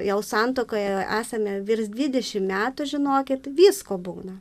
jau santuokoje esame virš dvidešim metų žinokit visko būna